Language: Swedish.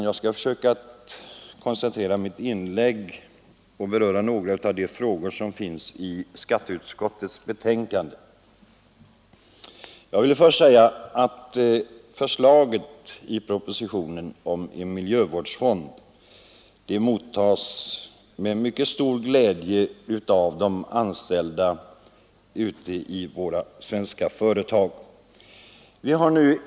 Jag skall försöka koncentrera mitt inlägg och beröra några av de frågor som behandlats i skatteutskottets betänkanden. Propositionsförslaget om en miljöfond mottas med mycket stor glädje av de anställda i de svenska företagen.